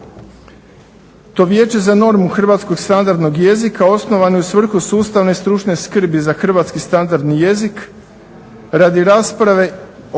To Vijeće za normu hrvatskog standardnog jezika osnovano je u svrhu sustavne stručne skrbi za hrvatski standardni jezik radi rasprave